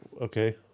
Okay